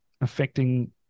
affecting